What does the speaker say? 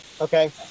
okay